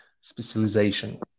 specialization